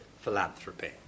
philanthropy